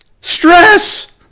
stress